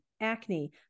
acne